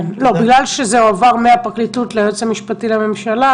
מכיוון שזה הועבר מהפרקליטות ליועץ המשפטי לממשלה,